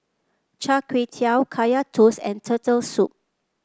Char Kway Teow Kaya Toast and Turtle Soup